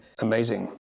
Amazing